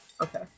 Okay